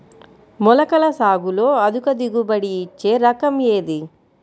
మొలకల సాగులో అధిక దిగుబడి ఇచ్చే రకం ఏది?